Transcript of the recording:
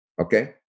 okay